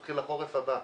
מתחיל החורף הבא.